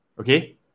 Okay